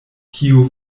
kiu